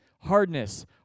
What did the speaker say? hardness